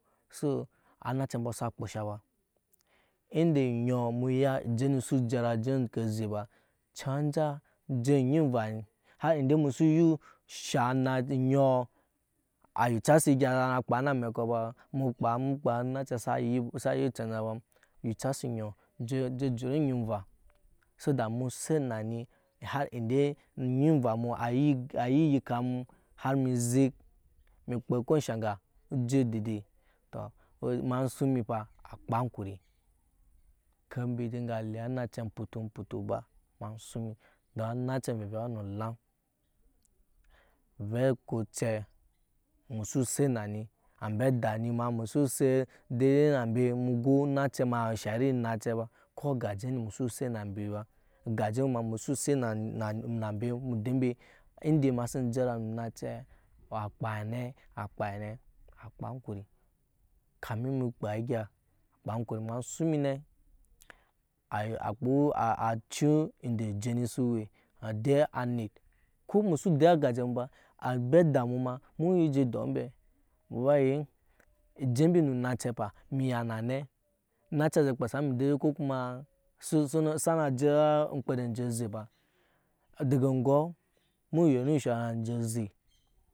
So nace ambɔ sa kposha ba ende onyɔɔ emu ya oje ni su jara je oŋke oze ba canja je onyi enva ni bar ende musu yo eshat onyɔɔ a yucasi egya sa na kpaa na amɛkɔ ba mukpaa mukpaa onacɛ sa yi canja ba yicasi onyɔɔ je cut onyi enva so da mu set na ni har ende onyi enva mu a yi yikamu har emi zek emei kpaa ko ensha ŋga uje dede tɔ ema suŋ emi fa a kpaa ankuri ker mbi dinga lee anance amputu amputu ba ema suŋ mi don ance amvevei a wl nu elaŋ ovɛ eko ocɛ emu su set dee ambe mu gɔɔ onace ma a we ensha iri onacɛ no ko agaje ni emu su se na mbe mu dee ende ema si jara nu onace a kpaa a nee a kpaa a ne a kpaa ankuri kamin mu kpaa egya a kpaa ankuri ema suŋ emi ne akpoo. a ciya ende oje ni su we a dee anit ko musu de agaje mu ba gmbe da mu ma mu nyi je dɔɔ mbe o waa yee oje mbi nu onacɛ ba emu ya na ne once je kpasa mu dede ko kumaa sa na je enkpede enje oze ba dege ŋgɔɔ mu yen o shoura anje aze.